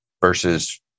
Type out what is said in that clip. versus